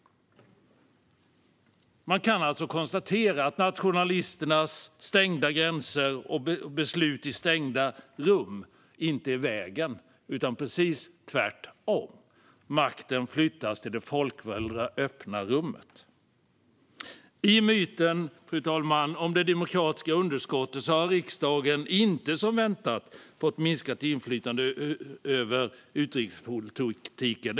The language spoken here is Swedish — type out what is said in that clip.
Man kan därmed konstatera att nationalisternas stängda gränser och beslut i stängda rum inte är vägen. Det är precis tvärtom: Makten flyttas till det folkvalda öppna rummet. EU-arbetet i riksdagen Fru talman! Trots myten om det demokratiska underskottet har riksdagen inte, som var väntat, fått minskat inflytande över utrikespolitiken.